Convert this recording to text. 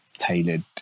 tailored